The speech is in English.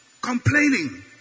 Complaining